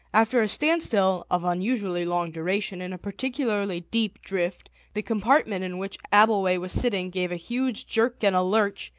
after a standstill of unusually long duration in a particularly deep drift the compartment in which abbleway was sitting gave a huge jerk and a lurch,